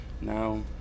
now